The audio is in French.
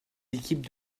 équipes